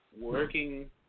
working